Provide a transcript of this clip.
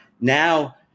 Now